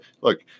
look